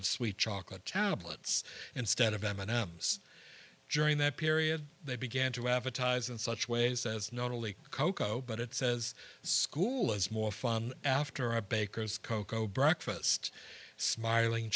of sweet chocolate talbot's instead of m and m's during that period they began to advertise in such ways as not only cocoa but it says school is more fun after a baker's cocoa breakfast smiling